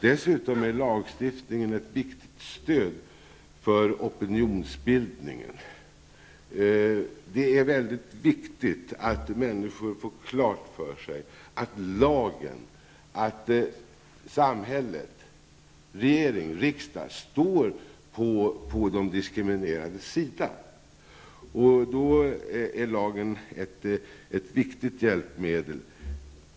Dessutom är lagstiftningen ett viktigt stöd för opinionsbildningen. Det är mycket viktigt att människor får klart för sig att lagen, samhället, regering och riksdag står på de diskriminerades sida. Lagen är härvidlag ett viktigt hjälpmedel.